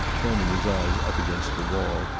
turning his eyes up against the wall,